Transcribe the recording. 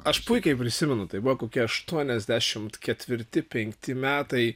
aš puikiai prisimenu tai va kokie aštuoniasdešimt ketvirti penkti metai